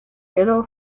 yellow